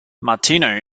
martino